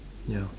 ya